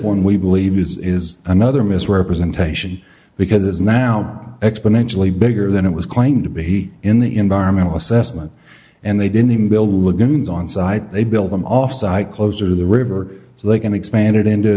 one we believe use is another misrepresentation because it is now exponentially bigger than it was claimed to be in the environmental assessment and they didn't even build lagoons on site they built them off site closer to the river so they can expand it into